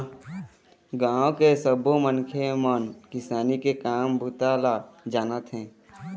गाँव के सब्बो मनखे मन किसानी के काम बूता ल जानथे